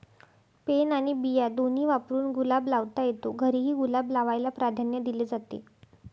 pen आणि बिया दोन्ही वापरून गुलाब लावता येतो, घरीही गुलाब लावायला प्राधान्य दिले जाते